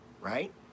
right